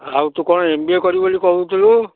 ଆଉ ତୁ କ'ଣ ଏମ୍ ବି ଏ କରିବୁ ବୋଲି କହୁଥିଲୁ